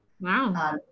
Wow